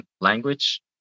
language